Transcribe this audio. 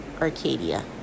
Arcadia